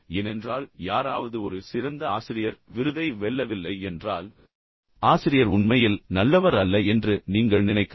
ஏனென்றால் யாராவது ஒரு சிறந்த ஆசிரியர் விருதை வெல்லவில்லை என்றால் ஆசிரியர் உண்மையில் நல்லவர் அல்ல என்று நீங்கள் நினைக்கலாம்